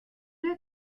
der